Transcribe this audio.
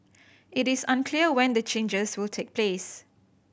it is unclear when the changes will take place